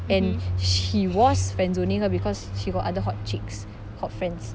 and he was friendzoning her because she got other hot chicks hot friends